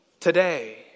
today